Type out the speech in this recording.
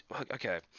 okay